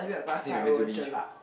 I think we are meant to be